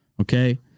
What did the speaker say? okay